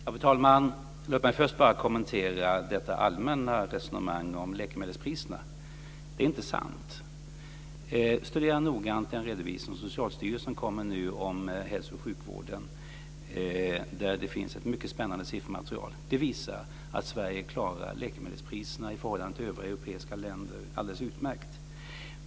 Fru talman! Låt mig först kommentera detta allmänna resonemang om läkemedelspriserna. Det är inte sant. Studera noggrant den redovisning som Socialstyrelsen nu har kommit med om hälso och sjukvården, där det finns ett mycket spännande siffermaterial. Det visar att Sverige klarar läkemedelspriserna, i förhållande till övriga europeiska länder, alldeles utmärkt.